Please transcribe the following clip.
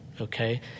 Okay